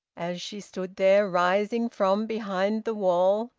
as she stood there, rising from behind the wall,